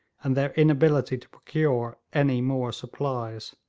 and their inability to procure any more supplies.